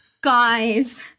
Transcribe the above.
Guys